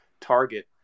target